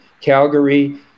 Calgary